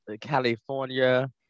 California